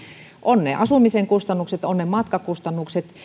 on ne asumisen kustannukset on ne matkakustannukset